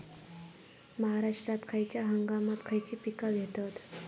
महाराष्ट्रात खयच्या हंगामांत खयची पीका घेतत?